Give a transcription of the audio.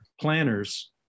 planners